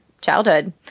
childhood